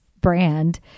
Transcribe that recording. brand